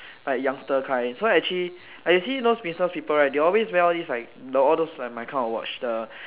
like younger kind so actually actually those business people they always wear all this like my kind of watch the